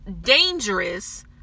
dangerous